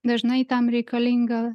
dažnai tam reikalinga